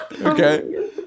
Okay